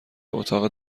اتاق